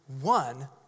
One